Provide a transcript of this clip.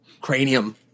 cranium